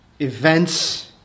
events